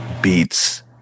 beats